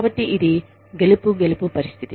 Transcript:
కాబట్టి ఇది గెలుపు గెలుపు పరిస్థితి